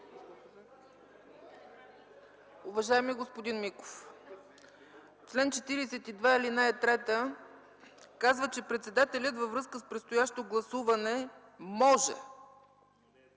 Уважаеми господин Миков, чл. 42, ал. 3 казва, че председателят, във връзка с предстоящо гласуване, може